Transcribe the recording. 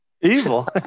Evil